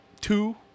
two